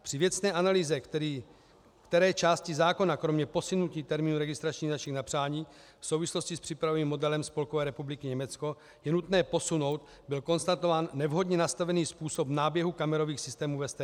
Při věcné analýze, které části zákona kromě posunutí termínu registračních značek na přání v souvislosti s připravovaným modelem Spolkové republiky Německo je nutné posunout, byl konstatován nevhodně nastavený způsob náběhu kamerových systémů v STK.